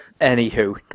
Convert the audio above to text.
anywho